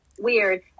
weird